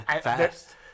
Fast